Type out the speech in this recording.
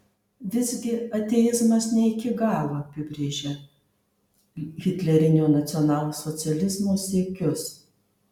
visgi ateizmas ne iki galo apibrėžia hitlerinio nacionalsocializmo siekius